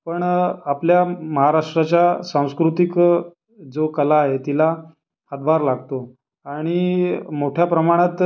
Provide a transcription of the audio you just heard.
पण आपल्या महाराष्ट्राच्या सांस्कृतिक जो कला आहे तिला हातभार लागतो आणि मोठ्या प्रमाणात